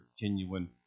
genuine